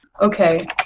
Okay